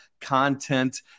content